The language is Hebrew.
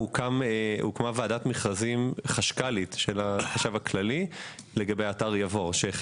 הוקמה גם ועדת מכרזים חשכ"לית של החשב הכללי לגבי אתר יבור.